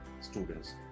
students